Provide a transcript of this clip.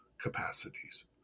capacities